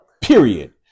Period